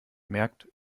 merkt